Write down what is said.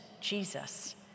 Jesus